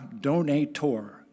Donator